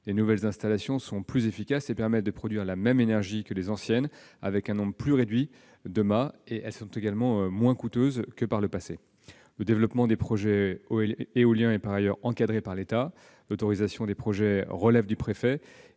Les nouvelles installations sont plus efficaces et permettent de produire la même énergie que les anciennes avec un nombre plus réduit de mâts ; elles sont également moins coûteuses que par le passé. Le développement des projets éoliens est par ailleurs encadré par l'État. L'autorisation des projets relève du préfet